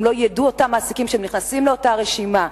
אם לא ידעו אותם מעסיקים שהם נכנסים לאותה הרשימה,